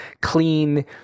clean